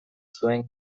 zuen